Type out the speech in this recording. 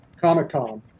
Comic-Con